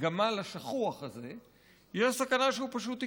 הגמל השחוח הזה, יש סכנה שהוא פשוט יקרוס.